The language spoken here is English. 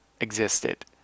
existed